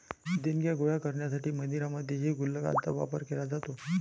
देणग्या गोळा करण्यासाठी मंदिरांमध्येही गुल्लकांचा वापर केला जातो